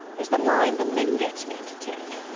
is the line the mingotts mean to take.